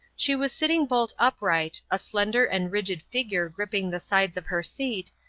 she was sitting bolt upright, a slender and rigid figure gripping the sides of her seat,